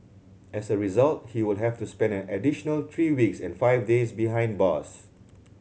as a result he will have to spend an additional three weeks and five days behind bars